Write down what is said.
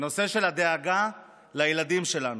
הנושא של הדאגה לילדים שלנו.